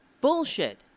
Bullshit